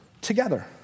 together